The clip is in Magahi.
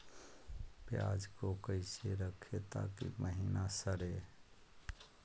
प्याज को कैसे रखे ताकि महिना सड़े?